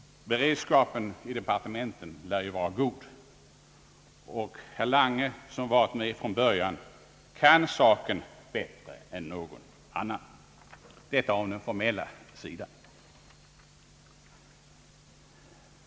Beredskapen i departementen lär ju vara god, och herr Lange, som varit med från början, kan saken bättre än någon annan. Detta om den formella sidan.